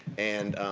and,